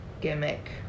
gimmick